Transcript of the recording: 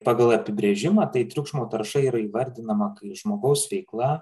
pagal apibrėžimą tai triukšmo tarša yra įvardinama kaip žmogaus veikla